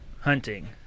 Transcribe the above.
hunting